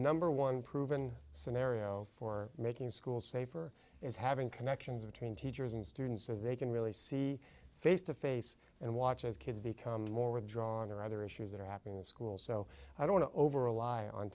number one proven scenario for making school safer is having connections between teachers and students so they can really see face to face and watch as kids become more withdrawn or other issues that are happening in school so i want to over